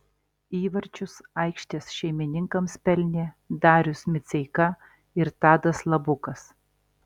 įvarčius aikštės šeimininkams pelnė darius miceika ir tadas labukas